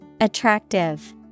Attractive